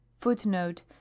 Footnote